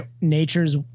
nature's